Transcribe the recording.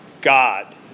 God